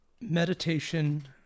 Meditation